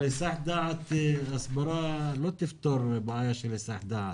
אבל הסברה לא תפתור בעיה של היסח הדעת.